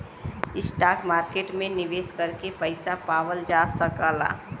stock market में निवेश करके पइसा पावल जा सकला